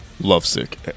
lovesick